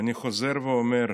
אני חוזר ואומר,